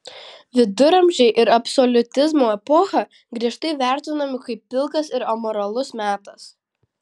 viduramžiai ir absoliutizmo epocha griežtai vertinami kaip pilkas ir amoralus metas